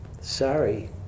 sorry